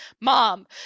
mom